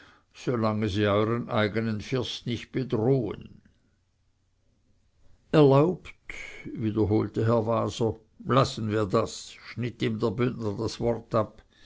eigenen first nicht bedrohen erlaubt wiederholte herr waser lassen wir das schnitt ihm der bündner das wort ab